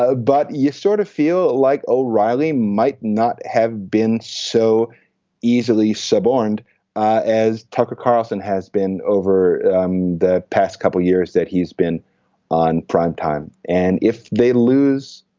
ah but you sort of feel like o'reilly might not have been so easily suborned as tucker carlson has been over um the past couple of years that he's been on primetime. and if they lose